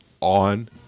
on